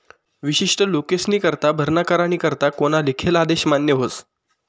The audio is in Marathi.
विशिष्ट लोकेस्नीकरता भरणा करानी करता कोना लिखेल आदेश मान्य व्हस